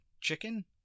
chicken